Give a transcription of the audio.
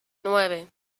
nueve